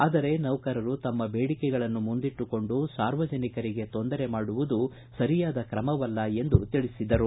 ಆದರೆ ನೌಕರರು ತಮ್ನ ಬೇಡಿಕೆಗಳನ್ನು ಮುಂದಿಟ್ಟುಕೊಂಡು ಸಾರ್ವಜನಿಕರಿಗೆ ತೊಂದರೆ ಮಾಡುವುದು ಸರಿಯಾದ ಕ್ರಮವಲ್ಲ ಎಂದು ತಿಳಿಸಿದರು